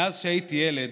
מאז שהייתי ילד